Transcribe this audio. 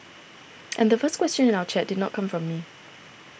and the first question in our chat did not come from me